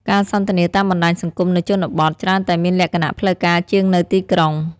ការសន្ទនាតាមបណ្ដាញសង្គមនៅជនបទច្រើនតែមានលក្ខណៈផ្លូវការជាងនៅទីក្រុង។